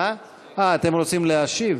אתם רוצים להשיב?